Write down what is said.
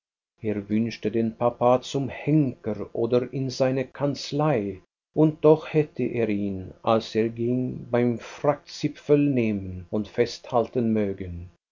er wünschte den papa zum henker oder in seine kanzlei und doch hätte er ihn als er ging beim frackzipfel nehmen und festhalten mögen